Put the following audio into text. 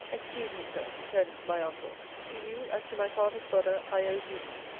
excuse me, sir, turning to my uncle to you, as to my father's brother, i owe duty.